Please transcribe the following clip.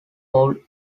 paul